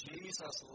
Jesus